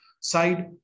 side